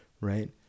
right